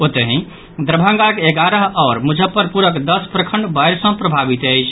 ओतहि दरभंगाक एगारह आओर मुजफ्फरपुरक दस प्रखंड बाढ़ि सँ प्रभावित अछि